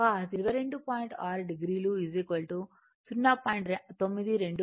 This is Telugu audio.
6 o 0